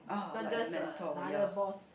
not just another boss